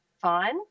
fine